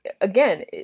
again